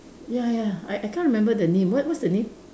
ya ya I I can't remember the name what what's the name